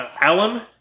Alan